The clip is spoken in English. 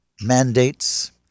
mandates